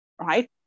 right